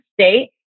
state